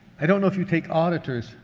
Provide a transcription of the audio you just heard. i don't know if you take auditors,